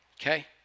Okay